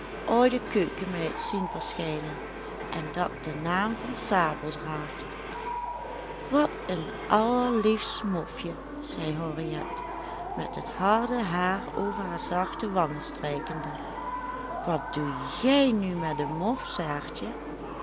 oude keukenmeid zien verschijnen en dat den naam van sabel draagt wat een allerliefst mofje zei henriet met het harde haar over hare zachte wangen strijkende wat doe jij nu met een mof saartje